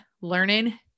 learning